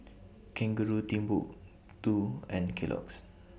Kangaroo Timbuk two and Kellogg's